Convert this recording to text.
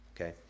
okay